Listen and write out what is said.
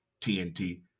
TNT